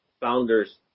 founders